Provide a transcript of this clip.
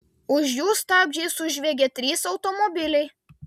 už jų stabdžiais sužviegė trys automobiliai